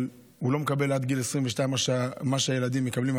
הוא לא מקבל עד גיל 22 מה שהילדים מקבלים,